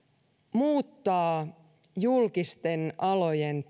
muuttaa julkisten alojen